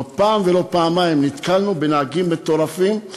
לא פעם ולא פעמיים נתקלנו בנהגים מטורפים,